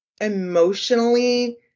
emotionally